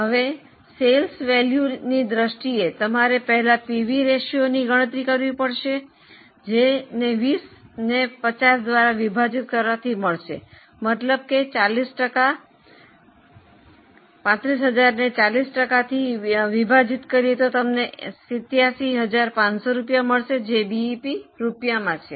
હવે વેચાણ મૂલ્યની દ્રષ્ટિએ તમારે પહેલા પીવી રેશિયોની ગણતરી કરવી પડશે જે 20 ને 50 દ્વારા વિભાજિત કરવા થી મળશે મતલબ કે 40 ટકા 35000 ને 40 ટકાથી વિભાજીત કરીયે તો તમને 87500 રૂપિયા મળશે જે બીઈપી રૂપિયામાં છે